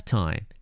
time